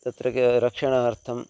तत्र कः रक्षणार्थं